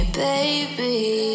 baby